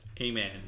Amen